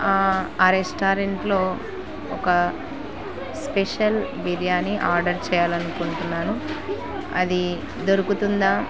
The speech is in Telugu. ఆ రెస్టారెంట్లో ఒక స్పెషల్ బిర్యానీ ఆర్డర్ చేయాలనుకుంటున్నాను అది దొరుకుతుందా